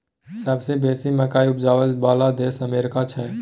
सबसे बेसी मकइ उपजाबइ बला देश अमेरिका छै